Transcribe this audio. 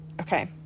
Okay